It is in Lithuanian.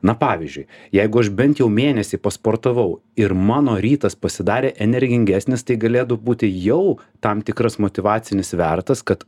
na pavyzdžiui jeigu aš bent jau mėnesį pasportavau ir mano rytas pasidarė energingesnis tai galėdų būti jau tam tikras motyvacinis svertas kad